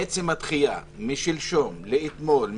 עצם הדחייה משלשום לאתמול,